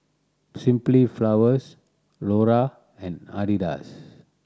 Simply Flowers Lora and Adidas